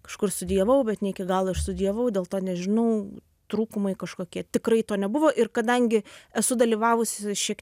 kažkur studijavau bet ne iki galo išstudijavau dėl to nežinau trūkumai kažkokie tikrai to nebuvo ir kadangi esu dalyvavusi šiek